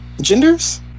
genders